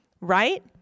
right